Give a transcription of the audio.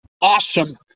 awesome